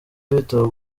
w’ibitabo